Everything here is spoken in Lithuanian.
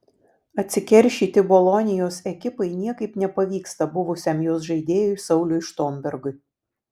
atsikeršyti bolonijos ekipai niekaip nepavyksta buvusiam jos žaidėjui sauliui štombergui